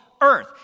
Earth